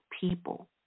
people